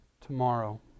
tomorrow